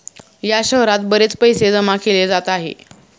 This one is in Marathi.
या शहरात बरेच पैसे जमा केले जात आहे